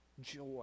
Joy